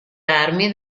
armi